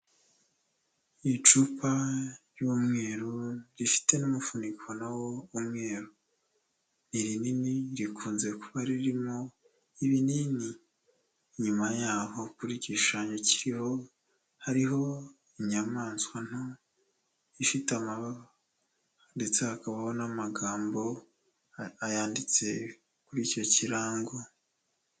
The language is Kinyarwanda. Icupa ry'umweru rifite n'umufuniko nawo w'umweru ni irinini rikunze kuba ririmo ibinini, inyuma yaho ku gishushanyo hariho inyamaswa nto ifite amababa, ndetse hakabaho n'amagambo yanditse kuri icyo kirango.